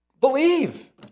Believe